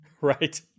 Right